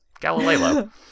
galileo